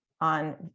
On